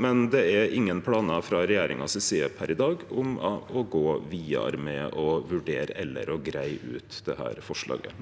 men det er ingen planar frå regjeringa si side per i dag om å gå vidare med å vurdere eller greie ut dette forslaget.